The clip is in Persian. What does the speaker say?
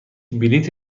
بلیت